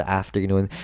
afternoon